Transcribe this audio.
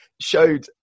showed